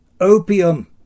Opium